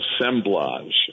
assemblage